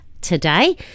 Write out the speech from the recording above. today